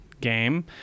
game